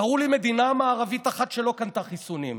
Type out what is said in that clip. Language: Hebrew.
תראו לי מדינה מערבית אחת שלא קנתה חיסונים.